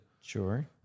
sure